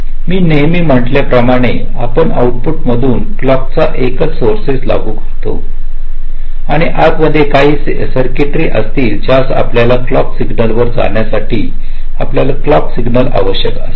मी नेहमी म्हंटल्या प्रमाणे आपण आउटपुट मधून क्लॉकचा एकच सौरसेस लागू करतो आणि आतमधे काही सर्कटरी असतील ज्यास आपल्या क्लॉकच्या सिग्नल वर जाण्यासाठी आपल्याला क्लॉक सिग्नल आवश्यक असेल